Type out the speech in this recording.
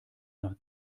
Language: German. nach